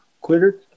Quitter